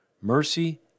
Mercy